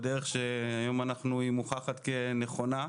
שהיום מוכחת כנכונה,